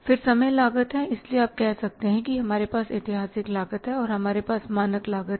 फिर समय लागत है इसलिए आप कह सकते हैं कि हमारे पास ऐतिहासिक लागत है और हमारे पास मानक लागत है